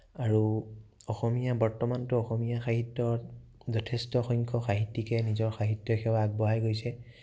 আৰু অসমীয়া বৰ্তমানটো অসমীয়া সাহিত্যত যথেষ্ট সংখ্যক সাহিত্যিকে নিজৰ সাহিত্যসেৱা আগবঢ়াই গৈছে